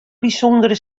bysûndere